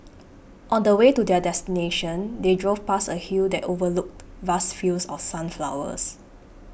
on the way to their destination they drove past a hill that overlooked vast fields of sunflowers